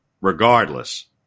regardless